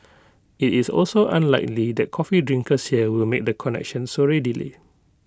IT is also unlikely that coffee drinkers here will make the connection so readily